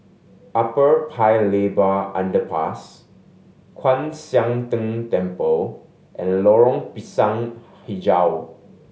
Upper Paya Lebar Underpass Kwan Siang Tng Temple and Lorong Pisang Hijau